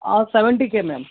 ಆ seventy K ma'am